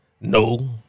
No